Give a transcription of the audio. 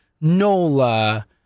Nola